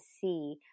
see